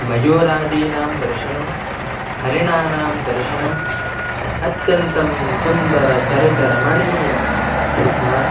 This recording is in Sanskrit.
मयूरादीनां दर्शनं हरिणानां दर्शनम् अत्यन्तं सुन्दरचरितरमणीयं तस्मात्